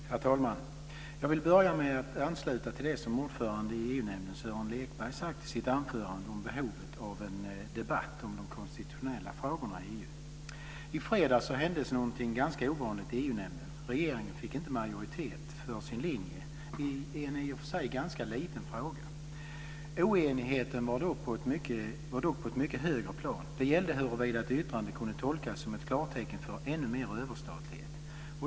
Herr talman! Jag vill börja med att ansluta till det som EU-nämndens ordförande Sören Lekberg har sagt i sitt anförande om behovet av en debatt om de konstitutionella frågorna i EU. I fredags hände någonting ganska ovanligt i EU-nämnden - regeringen fick inte majoritet för sin linje i en i och för sig liten fråga. Oenigheten var då på ett mycket högre plan. Det gällde huruvida ett yttrande kunde tolkas som ett klartecken för ännu mer överstatlighet.